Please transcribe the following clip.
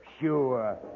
sure